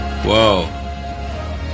whoa